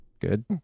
good